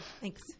Thanks